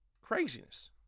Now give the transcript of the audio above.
Craziness